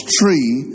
tree